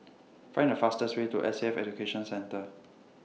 Find The fastest Way to S A F Education Centre